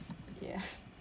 ya